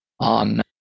On